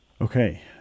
Okay